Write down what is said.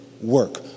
work